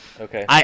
Okay